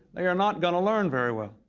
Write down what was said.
they are not gonna learn very well.